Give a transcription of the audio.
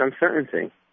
uncertainty